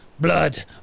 blood